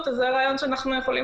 אנחנו מזכירים לכם שאתם צריכים